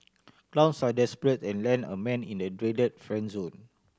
clowns are desperate and land a man in the dreaded friend zone